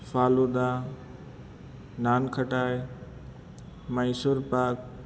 ફાલૂદા nankhatai Mysore પાક